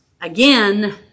Again